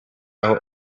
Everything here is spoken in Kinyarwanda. aho